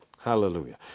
Hallelujah